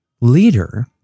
leader